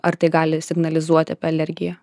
ar tai gali signalizuot apie alergiją